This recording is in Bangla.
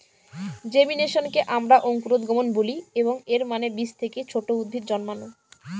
জেমিনেশনকে আমরা অঙ্কুরোদ্গম বলি, এবং এর মানে বীজ থেকে ছোট উদ্ভিদ জন্মানো